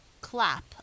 clap